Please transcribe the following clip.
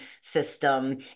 system